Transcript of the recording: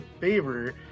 favor